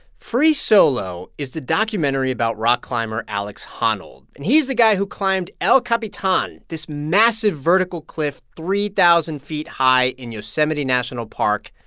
free solo is the documentary about rock climber alex honnold, and he is the guy who climbed el capitan, this massive vertical cliff three thousand feet high in yosemite national park,